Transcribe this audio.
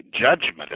judgment